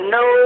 no